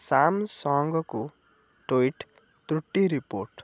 ସାମସଙ୍ଗକୁ tweet ତ୍ରୁଟି report